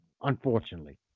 unfortunately